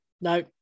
No